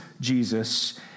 Jesus